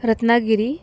Ratnagiri